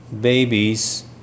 babies